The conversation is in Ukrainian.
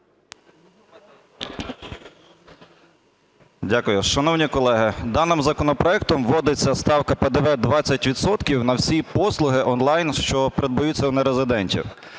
Дякую. Шановні колеги, даним законопроектом вводиться ставка ПДВ 20 відсотків на всі послуги онлайн, що придбаються у нерезидентів.